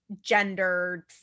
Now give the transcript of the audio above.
gendered